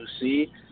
See